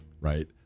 right